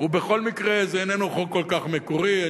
בכל מקרה, זה איננו חוק כל כך מקורי.